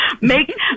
make